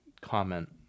comment